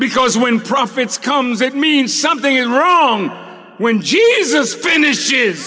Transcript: because when profits comes it means something wrong when jesus finish